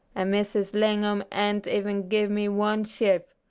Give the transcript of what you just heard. and missus lingom an't even give me one shife.